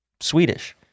Swedish